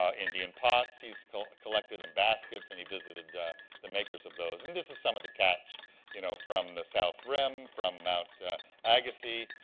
ah indian pots, he's collected, and baskets and he visited the makers of those. and this is some of the catch you know from the south rim, from mount agassiz,